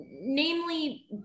namely